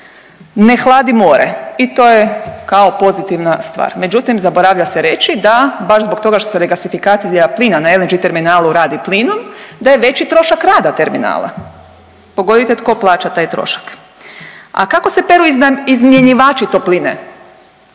ne hladi more i to je kao pozitivna stvar, međutim zaboravlja se reći da baš zbog toga što se regasifikacija plina na LNG terminalu radi plinom da je veći trošak rada terminala. Pogodite tko plaća taj trošak? A kako se peru izmjenjivači topline,